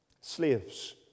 Slaves